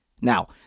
Now